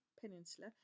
Peninsula